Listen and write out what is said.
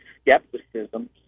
skepticism